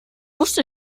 wusste